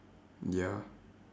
ya